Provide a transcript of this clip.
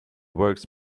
works